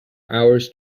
hours